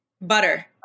butter